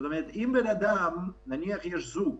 זאת אומרת, נניח יש זוג